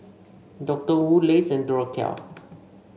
Doctor Wu Lays Duracell